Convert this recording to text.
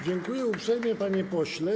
Dziękuję uprzejmie, panie pośle.